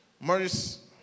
Maurice